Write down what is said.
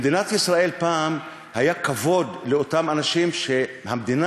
פעם למדינת ישראל היה כבוד לאותם אנשים והמדינה,